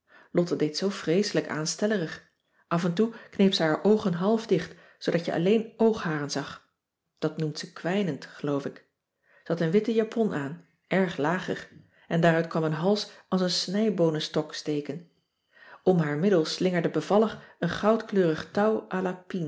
lotte deed zoo vreeselijk aanstellerig af en toe kneep ze haar oogen half dicht zoodat je alleen oogharen zag dat noemt ze kwijnend geloof ik ze had een witte japon aan erg lagig en daaruit kwam een hals als een snijboonenstok steken om haar middel slingerde bevallig een goudkleurig touw